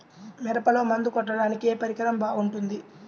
మిరపలో మందు కొట్టాడానికి ఏ పరికరం బాగుంటుంది?